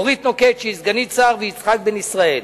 אורית נוקד, שהיא סגנית שר, ויצחק בן-ישראל.